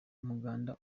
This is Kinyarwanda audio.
umuganda